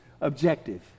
objective